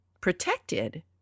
protected